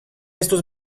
estos